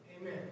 Amen